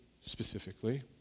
specifically